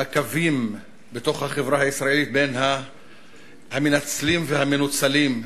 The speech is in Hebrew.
הקווים בחברה הישראלית בין המנצלים למנוצלים,